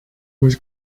was